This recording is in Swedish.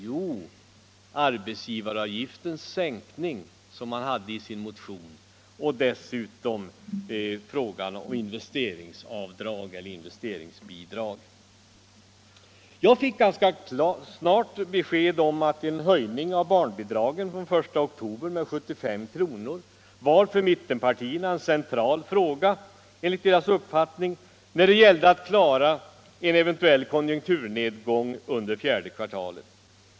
Jo, arbetsgivaravgiftens sänkning, som man hade tagit upp i sin motion, och dessutom frågan om investeringsavdrag och/eller investeringsbidrag. Jag fick ganska snart besked om att en höjning av barnbidragen från den 1 oktober med 75 kr. enligt mittenpartiernas uppfattning var en central fråga när det gällde att klara en eventuell konjunkturnedgång under fjärde kvartalet.